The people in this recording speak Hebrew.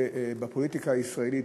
בפוליטיקה הישראלית,